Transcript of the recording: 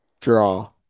draw